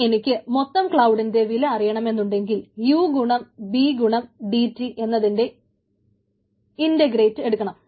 ഇനി എനിക്ക് മൊത്തം ക്ലൌഡിന്റെ വില അറിയണമെന്നുണ്ടെങ്കിൽ UxBxD ചെയ്യണം